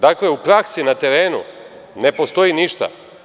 Dakle, u praksi na terenu ne postoji ništa.